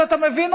אז אתה מבין,